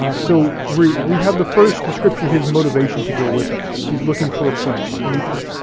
ah so we we have the first description of his motivation to go with her, he's looking for a friend, an equal.